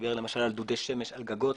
שמדבר למשל על דודי שמש על גגות,